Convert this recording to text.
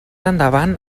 endavant